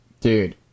dude